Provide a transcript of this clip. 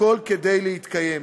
הכול כדי להתקיים.